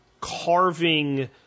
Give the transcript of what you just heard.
carving